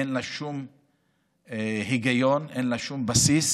שאין לה שום היגיון, אין לה שום בסיס,